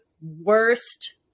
worst